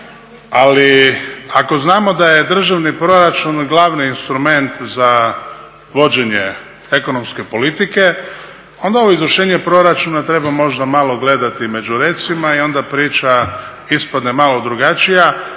Ali ako znamo da je državni proračun glavni instrument za vođenje ekonomske politike, onda ovo izvršenje proračuna treba možda malo gledati među recima i onda priča ispadne malo drugačija